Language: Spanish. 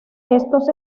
estos